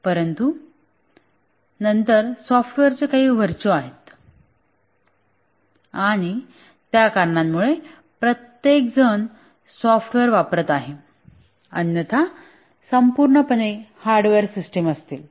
परंतु नंतर सॉफ्टवेअरचे काही वर्चू आहेत आणि त्या कारणामुळे प्रत्येकजण सॉफ्टवेअर वापरत आहे अन्यथा संपूर्णपणे हार्डवेअर सिस्टम असतील